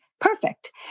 perfect